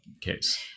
case